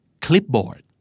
Clipboard